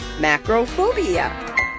Macrophobia